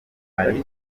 ari